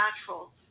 natural